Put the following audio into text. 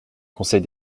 conseil